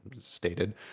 stated